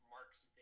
Mark's